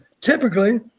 typically